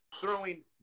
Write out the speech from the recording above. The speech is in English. throwing